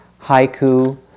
haiku